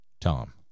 Tom